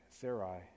Sarai